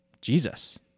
Jesus